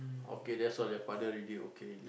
okay that's all your father already okay already